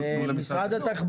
יש להם נציגים